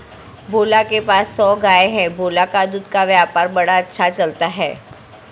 भोला के पास सौ गाय है भोला का दूध का व्यापार बड़ा अच्छा चलता है